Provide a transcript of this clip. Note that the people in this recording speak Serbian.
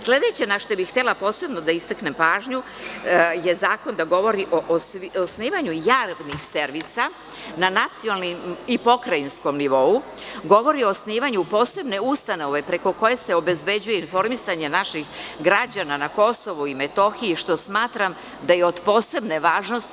Sledeće našta bih htela posebno da istaknem pažnju je zakon da govori o osnivanju javnih servisa na nacionalnom i pokrajinskom nivou, govori o osnivanju posebne ustanove preko koje se obezbeđuje informisanje naših građana na KiM, što smatram da je od posebne važnosti.